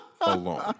alone